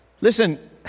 Listen